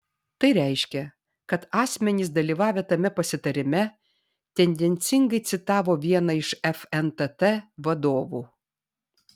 tai reiškia kad asmenys dalyvavę tame pasitarime tendencingai citavo vieną iš fntt vadovų